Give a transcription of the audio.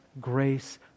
grace